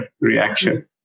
reaction